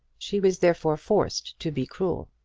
she was therefore forced to be cruel.